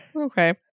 Okay